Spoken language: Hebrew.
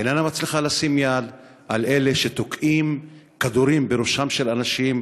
איננה מצליחה לשים יד על אלה שתוקעים כדורים בראשם של אנשים,